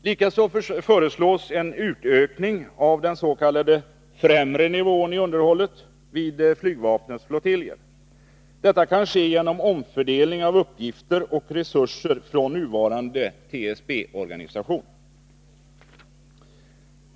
Likaså föreslås en utökning av den s.k. främre nivån i underhållet vid flygvapnets flottiljer. Detta kan ske genom omfördelning av uppgifter och resurser från nuvarande TSB-organisation.